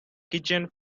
kitchen